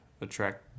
attract